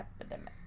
epidemic